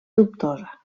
dubtosa